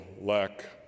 lack